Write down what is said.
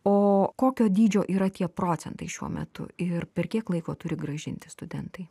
o kokio dydžio yra tie procentai šiuo metu ir per kiek laiko turi grąžinti studentai